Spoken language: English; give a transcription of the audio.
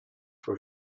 for